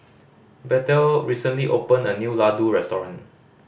Bethel recently opened a new Ladoo Restaurant